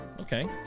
Okay